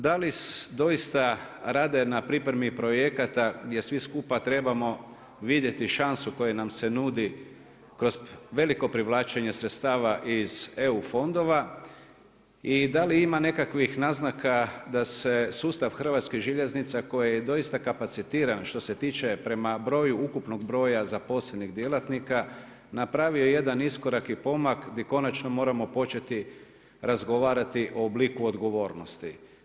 Da li doista rade na pripremi projekata gdje svi skupa trebamo vidjeti šansu koja nam se nudi kroz veliko privlačenje sredstava iz EU fondova i da li ima nekakvih naznaka da se sustav HŽ-a koji je doista kapacitiran što se tiče prema broju ukupnog broja zaposlenih djelatnika, napravio jedan iskorak i pomak gdje konačno moramo početi razgovarati o obliku odgovornosti.